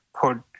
put